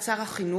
הודעות שר החינוך